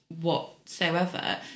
whatsoever